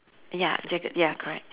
ya jagged ya correct